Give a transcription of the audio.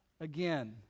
again